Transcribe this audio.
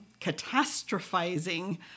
Catastrophizing